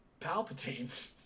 Palpatine